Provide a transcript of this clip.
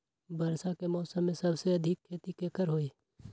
वर्षा के मौसम में सबसे अधिक खेती केकर होई?